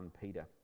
Peter